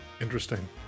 Interesting